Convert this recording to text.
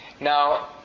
Now